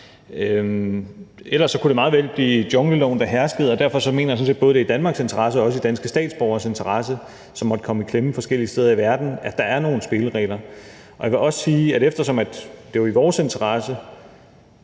ellers kunne det meget vel blive jungleloven, der herskede, og derfor mener jeg sådan set både, det er i Danmarks interesse og også i danske statsborgeres interesse, som måtte komme i klemme forskellige steder i verden, at der er nogle spilleregler. Jeg vil også sige, at det – eftersom det jo er i vores interesse